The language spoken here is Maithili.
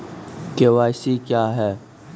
के.वाई.सी क्या हैं?